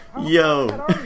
Yo